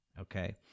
Okay